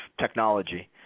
technology